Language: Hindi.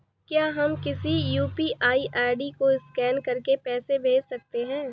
क्या हम किसी यू.पी.आई आई.डी को स्कैन करके पैसे भेज सकते हैं?